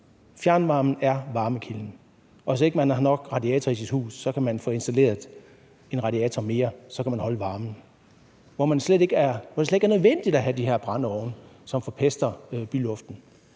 fjernvarme er varmekilden, og hvor man, hvis man ikke har nok radiatorer i sit hus, kan få installeret en radiator mere, og så kan man holde varmen, er det slet ikke nødvendigt at have de her brændeovne, som forpester byluften.